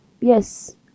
yes